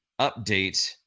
update